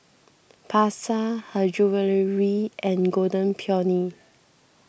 Pasar Her Jewellery and Golden Peony